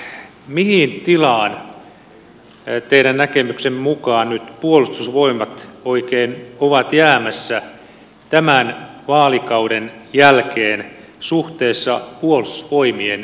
mihin tilaan teidän näkemyksenne mukaan nyt puolustusvoimat oikein ovat jäämässä tämän vaalikauden jälkeen suhteessa puolustusvoimien tehtäviin